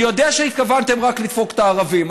אני יודע שהתכוונתם רק לדפוק את הערבים.